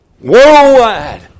worldwide